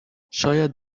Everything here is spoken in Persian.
شاید